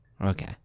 Okay